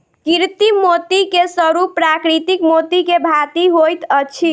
कृत्रिम मोती के स्वरूप प्राकृतिक मोती के भांति होइत अछि